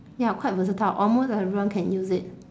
ya quite versatile almost everyone can use it